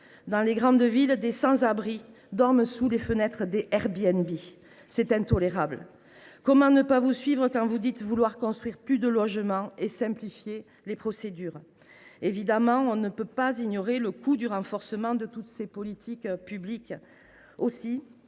Dans les grandes villes, des sans abri dorment sous les fenêtres des Airbnb. C’est intolérable ! Comment ne pas vous suivre quand vous dites vouloir construire plus de logements et simplifier les procédures ? On ne peut ignorer cependant le coût du renforcement de ces politiques publiques. Aussi,